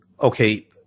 okay